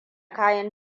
kayan